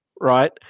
right